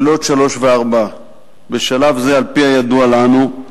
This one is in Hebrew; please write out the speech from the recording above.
3. בשלב זה, על-פי הידוע לנו,